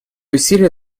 усилия